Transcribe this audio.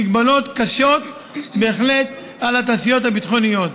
מגבלות קשות בהחלט על התעשיות הביטחוניות.